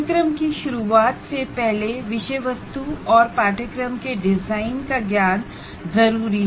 course की शुरुआत से पहले विषय वस्तु और कोर्स के डिजाइन का ज्ञान जरूरी है